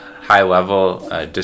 high-level